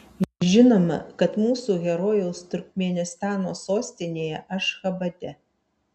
žinoma kad mūsų herojaus turkmėnistano sostinėje ašchabade